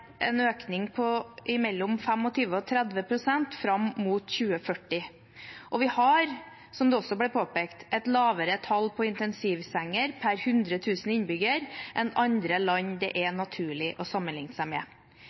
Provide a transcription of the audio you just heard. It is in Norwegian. en økning på mellom 25 og 30 pst. fram mot 2040. Vi har, som det også ble påpekt, et lavere tall på intensivsenger per 100 000 innbyggere enn land det er naturlig å sammenligne seg med.